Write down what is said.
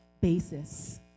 basis